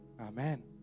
Amen